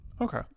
Okay